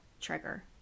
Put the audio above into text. trigger